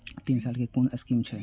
तीन साल कै कुन स्कीम होय छै?